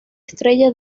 estrella